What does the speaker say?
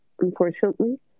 unfortunately